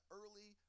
early